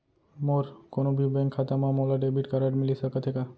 मोर कोनो भी बैंक खाता मा मोला डेबिट कारड मिलिस सकत हे का?